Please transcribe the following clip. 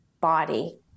body